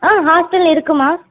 ஆ hostel இருக்குதும்மா